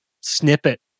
snippet